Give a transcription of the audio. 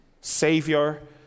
Savior